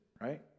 right